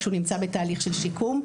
כשהוא נמצא בתהליך של שיקום,